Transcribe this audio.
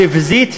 נבזית,